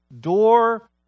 door